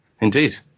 Indeed